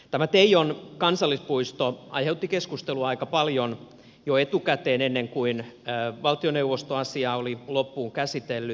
tämä teijon kansallispuisto aiheutti keskustelua aika paljon jo etukäteen ennen kuin valtioneuvosto oli asiaa loppuun käsitellyt